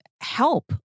help